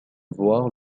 voir